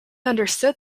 understood